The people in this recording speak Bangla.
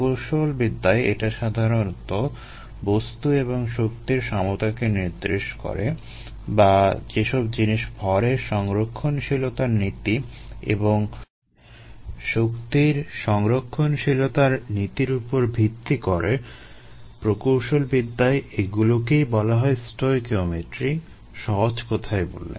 প্রকৌশলবিদ্যায় এটা সাধারণত বস্তু এবং শক্তির সমতাকে নির্দেশ করে বা যেসব জিনিস ভরের সংরক্ষণশীলতার নীতি এবং শক্তির সংরক্ষণশীলতার নীতির উপর ভিত্তি করে প্রকৌশলবিদ্যায় এগুলোকেই বলা হয় স্টয়কিওমেট্রি সহজ কথায় বললে